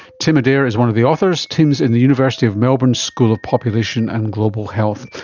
tim adair is one of the authors. tim is in the university of melbourne's school of population and global health.